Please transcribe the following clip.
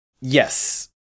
Yes